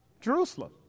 Jerusalem